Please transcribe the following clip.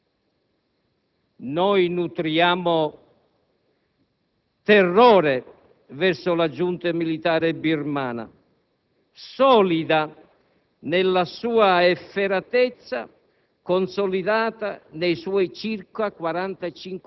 può pensare che la questione dell'ex Birmania sia di quelle per cui occorrerà far parlare prima o poi, ancora una volta, le armi,